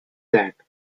that